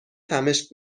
تمشک